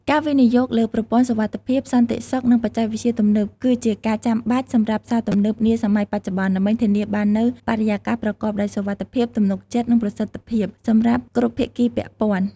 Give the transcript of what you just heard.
ការវិនិយោគលើប្រព័ន្ធសុវត្ថិភាព សន្តិសុខ និងបច្ចេកវិទ្យាទំនើប គឺជាការចាំបាច់សម្រាប់ផ្សារទំនើបនាសម័យបច្ចុប្បន្ន ដើម្បីធានាបាននូវ បរិយាកាសប្រកបដោយសុវត្ថិភាព ទំនុកចិត្ត និងប្រសិទ្ធភាព សម្រាប់គ្រប់ភាគីពាក់ព័ន្ធ។